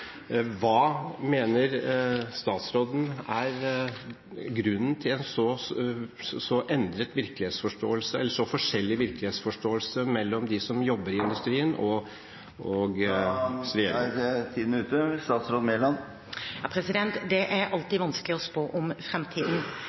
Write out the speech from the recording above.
Hva mener statsråden er grunnen til en så forskjellig virkelighetsforståelse hos dem som jobber i industrien, og hos regjeringen? Taletiden er ute. Statsråd Mæland – vær så god. Det er alltid vanskelig å spå om